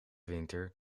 winter